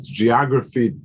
geography